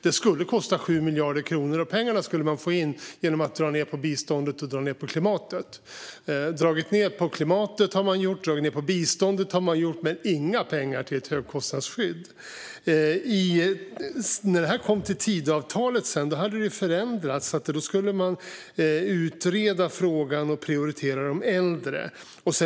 Det skulle kosta 7 miljarder kronor, och pengarna skulle man få in genom att dra ned på biståndet och dra ned på klimatarbetet. Dragit ned på klimatarbetet har man gjort; dragit ned på biståndet har man gjort, men det finns inga pengar till ett högkostnadsskydd. När det här kom till Tidöavtalet hade det förändrats. Då skulle man utreda frågan och prioritera de äldre.